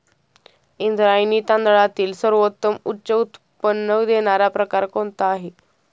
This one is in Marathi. इंद्रायणी तांदळातील सर्वोत्तम उच्च उत्पन्न देणारा प्रकार कोणता आहे?